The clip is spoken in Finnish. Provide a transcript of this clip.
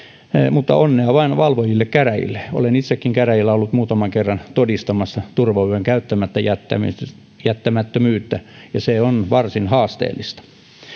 mutta onnea vain valvojille käräjille olen itsekin käräjillä ollut muutaman kerran todistamassa turvavyön käyttämättä jättämättömyyttä ja se on varsin haasteellista